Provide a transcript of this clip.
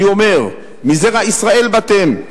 אני אומר: מזרע ישראל באתם.